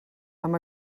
amb